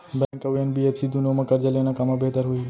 Bank अऊ NBFC दूनो मा करजा लेना कामा बेहतर होही?